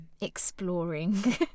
exploring